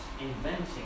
inventing